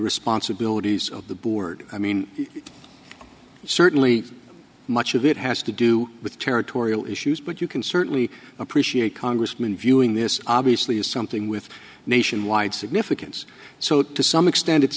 responsibilities of the board i mean certainly much of it has to do with territorial issues but you can certainly appreciate congressman viewing this obviously is something with nationwide significance so to some extent it's